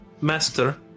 master